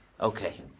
Okay